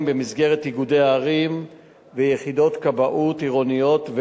במסגרת איגודי ערים ויחידות כבאות עירוניות,